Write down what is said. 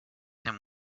him